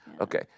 okay